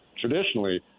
traditionally